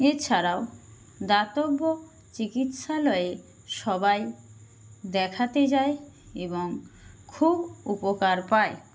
এছাড়াও দাতব্য চিকিৎসালয়ে সবাই দেখাতে যায় এবং খুব উপকার পায়